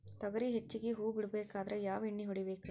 ತೊಗರಿ ಹೆಚ್ಚಿಗಿ ಹೂವ ಬಿಡಬೇಕಾದ್ರ ಯಾವ ಎಣ್ಣಿ ಹೊಡಿಬೇಕು?